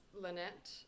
Lynette